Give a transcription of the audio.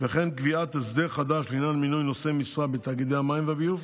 וכן קביעת הסדר חדש לעניין מינוי נושאי משרה בתאגידי המים והביוב.